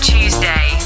Tuesday